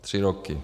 Tři roky.